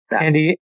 Andy